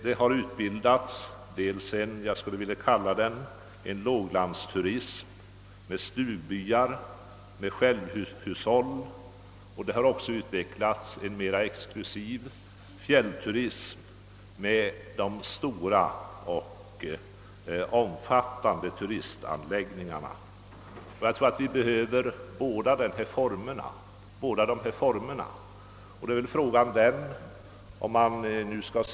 Det har nu utbildats dels en låglandsturism, om jag så får kalla den, med stugbyar och självhushåll, och dels en mera exklusiv fjällturism med stora och omfattande turistanläggningar. Säkerligen behöver vi båda formerna.